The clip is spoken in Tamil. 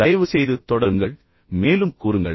தயவுசெய்து தொடருங்கள் மேலும் கூறுங்கள்